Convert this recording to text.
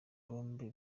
bombe